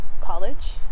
college